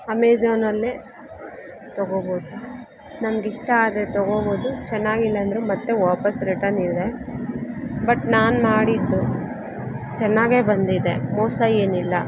ಅಮೇಝಾನಲ್ಲೇ ತೊಗೋಬೋದು ನಮಗಿಷ್ಟ ಆದ್ರೆ ತೊಗೋಬೋದು ಚೆನ್ನಾಗಿಲ್ಲ ಅಂದ್ರೆ ಮತ್ತೆ ವಾಪೀಸು ರಿಟರ್ನ್ ಇದೆ ಬಟ್ ನಾನು ಮಾಡಿದ್ದು ಚೆನ್ನಾಗೇ ಬಂದಿದೆ ಮೋಸ ಏನಿಲ್ಲ